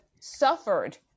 suffered